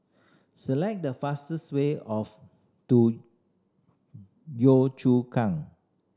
select the fastest way of to Chu Kang